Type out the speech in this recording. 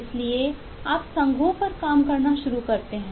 इसलिए आप संघों पर काम करना शुरू करते हैं